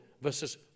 versus